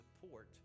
support